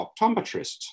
optometrist